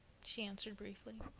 she answered briefly.